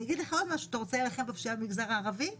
אתה רוצה להילחם בפשיעה במגזר הערבי,